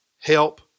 help